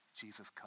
Jesus